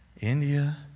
India